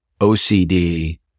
OCD